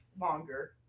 longer